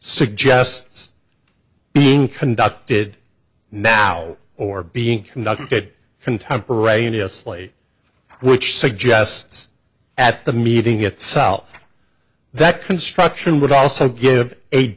suggests being conducted now or being conducted contemporaneously which suggests at the meeting itself that construction would also give a